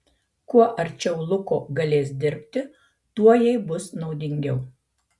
kuo arčiau luko galės dirbti tuo jai bus naudingiau